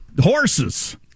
horses